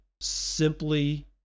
simply